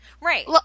Right